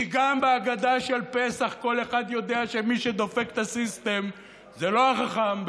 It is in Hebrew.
כי גם בהגדה של פסח כל אחד יודע שמי שדופק את הסיסטם זה לא החכם,